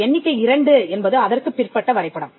எண்ணிக்கை 2 என்பது அதற்குப் பிற்பட்ட வரைபடம்